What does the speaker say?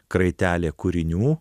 kraitelė kūrinių